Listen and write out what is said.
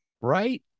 Right